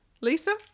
Lisa